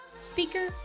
speaker